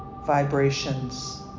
vibrations